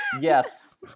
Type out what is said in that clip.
Yes